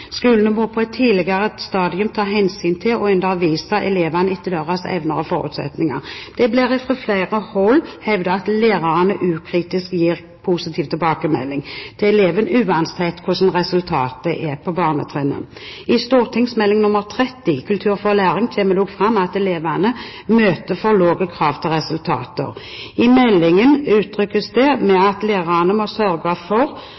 må på et tidligere stadium ta hensyn til og undervise elevene etter deres evner og forutsetninger. Det blir fra flere hold hevdet at lærerne ukritisk gir positiv tilbakemelding til eleven uansett hva resultatet er på barnetrinnet. I St.meld. nr. 30 for 2003–2004, Kultur for læring, kommer det fram at elevene møter for lave krav til resultater. I meldingen står det at lærerne må sørge for